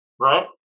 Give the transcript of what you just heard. right